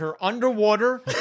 underwater